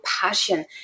passion